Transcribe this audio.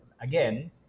again